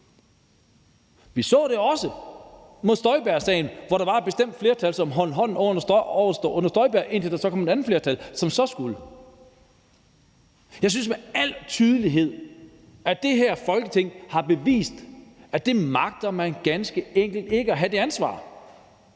Vi så det også med Støjbergsagen, hvor der var et bestemt flertal, som holdt hånden under Inger Støjberg, indtil der så kom et andet flertal, som så skulle se på det. Jeg synes, at det her Folketing med al tydelighed har bevist, at man ganske enkelt ikke magter at have det ansvar.